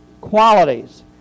qualities